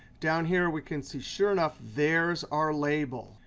down here, we can see sure enough, there's our label.